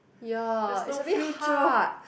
ya it's a bit hard